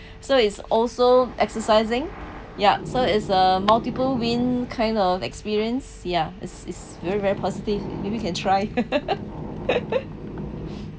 so is also exercising ya so is a multiple win kind of experience ya is is very very positive maybe you can try